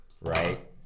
right